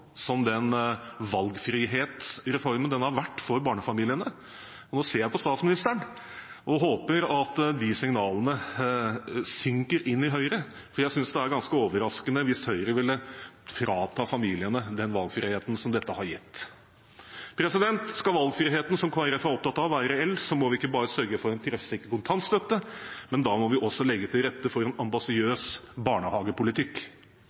som den valgfrihetsreformen den har vært for barnefamiliene. Nå ser jeg på statsministeren og håper at de signalene synker inn i Høyre, for jeg synes det ville være ganske overraskende hvis Høyre vil frata familiene den valgfriheten som dette har gitt. Skal valgfriheten som Kristelig Folkeparti er opptatt av, være reell, må vi ikke bare sørge for en treffsikker kontantstøtte, da må vi også legge til rette for en ambisiøs barnehagepolitikk.